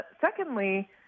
Secondly